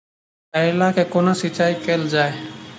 करैला केँ कोना सिचाई कैल जाइ?